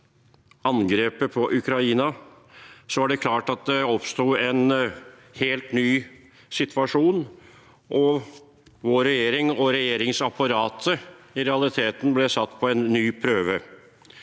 angrepet på Ukraina, var det klart at det oppsto en helt ny situasjon, og at vår regjering og regjeringsapparatet i realiteten ble satt på en ny prøve.